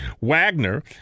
Wagner